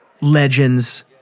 legends